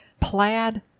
plaid